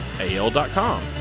AL.com